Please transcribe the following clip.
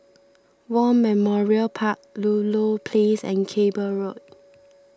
War Memorial Park Ludlow Place and Cable Road